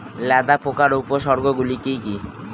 লেদা পোকার উপসর্গগুলি কি কি?